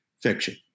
fiction